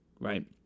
right